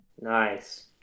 nice